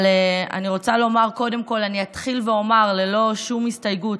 קודם כול, אני אתחיל ואומר, ללא שום הסתייגות,